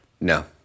No